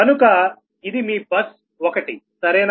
కనుక ఇది మీ బస్ ఒకటి సరేనా